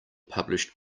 published